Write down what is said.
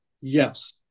yes